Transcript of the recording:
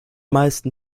meisten